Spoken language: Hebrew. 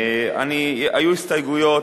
היו הסתייגויות,